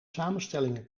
samenstellingen